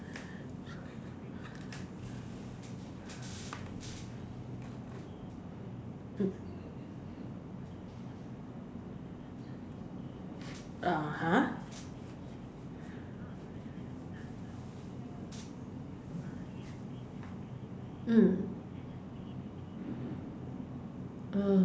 (uh huh) mm